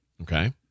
Okay